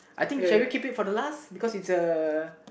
I think shall we keep it for the last because it's a